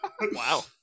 Wow